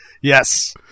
Yes